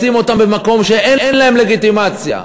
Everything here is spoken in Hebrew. לשים אותם במקום שאין להם לגיטימציה.